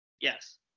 Yes